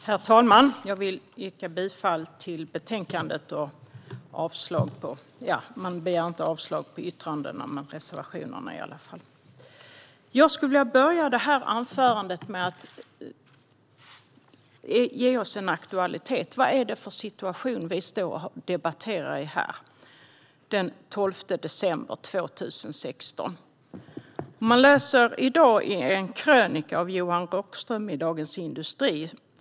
Herr talman! Jag vill yrka bifall till förslaget i betänkandet och avslag på reservationerna. Jag skulle vilja börja anförandet med att ge oss en aktualitet. I vilken situation står vi här och debatterar i dag, den 12 december 2016? I dag kan man läsa en krönika av Johan Rockström i Dagens industri.